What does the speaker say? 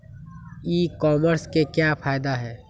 E commerce के क्या फायदे हैं?